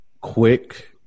quick